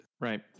Right